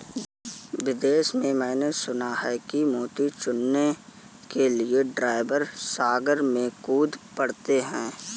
विदेश में मैंने सुना है कि मोती चुनने के लिए ड्राइवर सागर में कूद पड़ते हैं